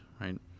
right